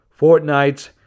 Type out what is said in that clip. Fortnite